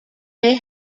may